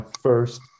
first